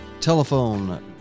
telephone